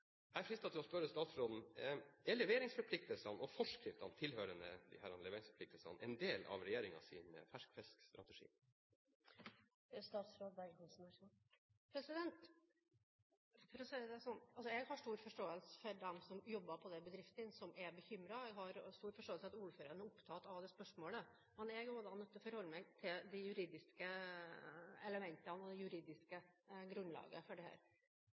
Jeg er fristet til å spørre statsråden: Er leveringsforpliktelsene og forskriftene tilhørende leveringsforpliktelsene en del av regjeringens ferskfiskstrategi? For å si det sånn: Jeg har stor forståelse for dem som jobber på de bedriftene, og som er bekymret. Jeg har stor forståelse for at ordførerne er opptatt av det spørsmålet. Men jeg er nødt til å forholde meg til de juridiske elementene og det juridiske grunnlaget for dette. Ja, forpliktelsene som Aker Seafoods har, ligger fast, og de er videreført, Aker er fullt innforstått med det.